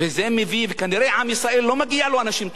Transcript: כנראה עם ישראל, לא מגיעים לו אנשים טובים.